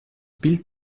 bild